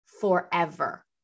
forever